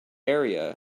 area